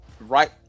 right